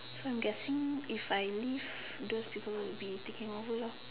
so I'm guessing if I leave those people will be taking over lor